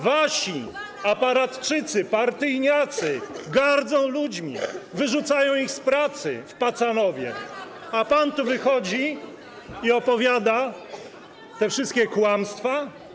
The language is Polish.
Wasi aparatczycy, partyjniacy gardzą ludźmi, wyrzucają ich z pracy w Pacanowie, a pan tu wychodzi i opowiada te wszystkie kłamstwa.